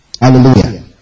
Hallelujah